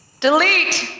Delete